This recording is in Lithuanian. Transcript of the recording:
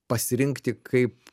pasirinkti kaip